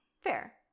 fair